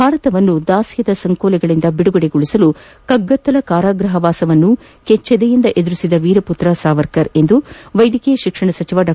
ಭಾರತವನ್ನು ದಾಸ್ಯದ ಸಂಕೋಲೆಗಳಿಂದ ಬಿಡುಗಡೆಗೊಳಿಸಲು ಕಗ್ಗತ್ತಲ ಕಾರಾಗೃಹ ವಾಸವನ್ನು ಕೆಚ್ಚೆದೆಯಿಂದ ಎದುರಿಸಿದ ವೀರಪುತ್ರ ಸಾವರ್ಕರ್ ಎಂದು ವೈದ್ಯಕೀಯ ಶಿಕ್ಷಣ ಸಚಿವ ಡಾ